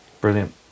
Brilliant